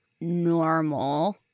normal